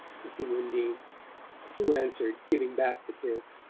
kissing undine who answered, giving back the kiss